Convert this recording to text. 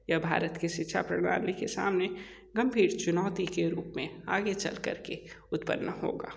यह भारत की शिक्षा प्रणाली के सामने गंभीर चुनौती के रूप में आगे चल करके उत्पन्न होगा